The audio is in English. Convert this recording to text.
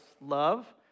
love